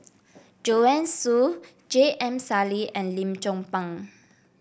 Joanne Soo J M Sali and Lim Chong Pang